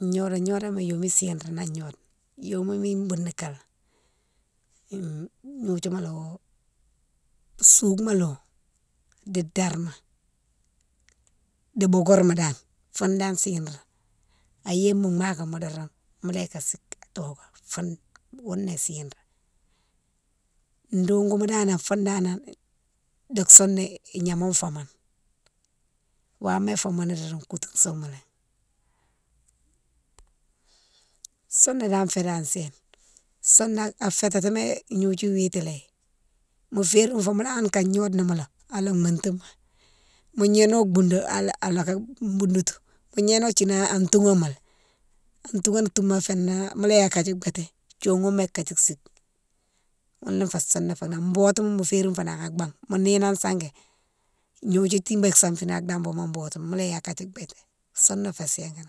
Gnodon gnodoma gnamé yomé simrani an gnode, yomé mine bouni kalé hum gnodiouma malé wo sougouma la wo, di darma, di bourgourma dane foune dane chiré, a gnéye mo makama doron mola yike sike a doké foune, ghounné né chiréne. Dogouma dane foune danan di sounna ignama famane, wama famani doron koutou soumalé wo, sounna dane fénan séne, sounna a fétati gnodiou witimalé, mo férine fo hanna ga gnode mo lon, ala matimo, mo gnéno boundou alaka boundoutou, mo gnéno kine toughama lé, an toughane touma fénan mola yike akadji bété, thioghoma kandji sike, ghounné fé sounna fé nama. Botima mo férine fo nan a baghme mo néyine an sangui gnodiou tibate sanfini a dabou botouma mola yike a kandji bété, sounne fé séné.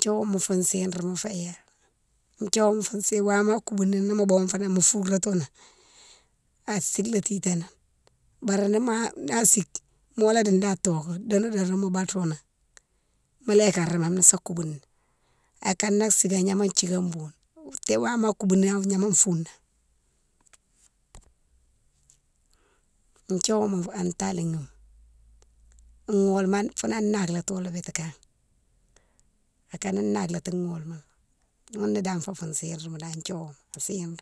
Thiouwouma fou chiréma fé yalé, thiouwouma fou chiré, wama koubouni nimo boughounne fo nan mo fourato nan a sike lé titanan bari nima, na sike mola di atoké lé, dounou dounou mo bato nan mola yike a rémani asame koubou ni, akane na sike a gnama thiké boune, té wama koubouni a gnama foune nan. Thiouwouma an talima, gholma founan nalkato lé biti kama, a kane nalkati gholma lé founne dane fé fou chirama lé dane thiouwouma, an chiréne.